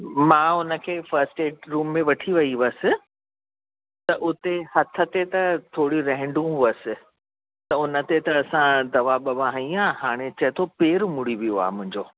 मां हुन खे फस्ट एड रूम में वठी वई हुयसि त हुते हथ ते त थोरी रहंडूं हुअसि त उन ते त असां दवा ववा हईं आहे हाणे चए थो पेर मुड़ी वियो आहे मुंहिंजो